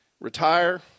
retire